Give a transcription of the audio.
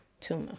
tumor